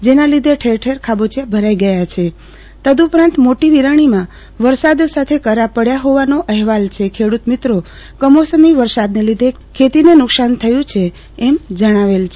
જેના લીધે ઠેર ઠેર ખાબોચિયા ભરાઈ ગયા છે તદ્દઉપરાંત મોટી વિરાણી માં વરસાદ સાથે કરા પાડ્યા હોવાનો અહેવાલ છે ખેડૂત મિત્રો કમોસમી વરસાદ ને લીધે ખેતી ને નુકશાન થયું છે એમ જણાવેલ છે